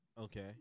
Okay